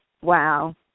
Wow